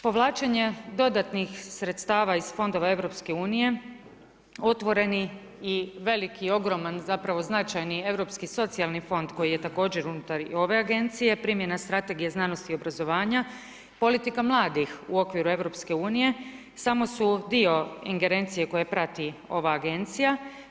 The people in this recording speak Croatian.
Povlačenje dodatnih sredstava iz fondova EU, otvoreni i veliki i ogroman značajni Europski socijalni fond koji je također unutar i ove agencije, primjena Strategije znanosti i obrazovanja, politika mladih u okviru EU samo su dio ingerencije koje prati ova agencija.